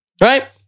right